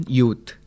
youth